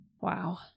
Wow